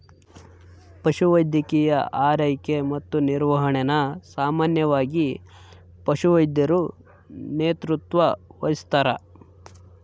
ಪಶುವೈದ್ಯಕೀಯ ಆರೈಕೆ ಮತ್ತು ನಿರ್ವಹಣೆನ ಸಾಮಾನ್ಯವಾಗಿ ಪಶುವೈದ್ಯರು ನೇತೃತ್ವ ವಹಿಸ್ತಾರ